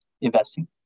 investing